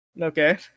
Okay